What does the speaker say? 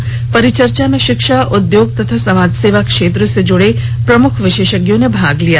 इस परिचर्चा में शिक्षा उद्योग एवं समाजसेवा क्षेत्र से जुडे प्रमुख विशेषज्ञों ने भाग लिया